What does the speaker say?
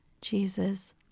Jesus